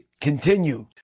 continued